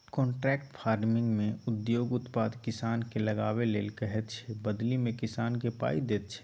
contract फार्मिंगमे उद्योग उत्पाद किसानकेँ लगाबै लेल कहैत छै बदलीमे किसानकेँ पाइ दैत छै